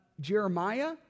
Jeremiah